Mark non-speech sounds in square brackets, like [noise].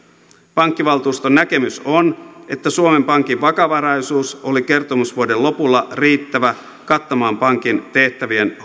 pankkivaltuuston näkemys on että suomen pankin vakavaraisuus oli kertomusvuoden lopulla riittävä kattamaan pankin tehtävien [unintelligible]